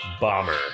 bomber